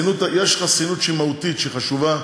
יש חסינות שהיא מהותית, שהיא חשובה,